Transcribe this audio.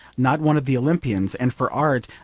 not one of the olympians, and for art,